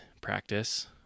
practice